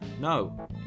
No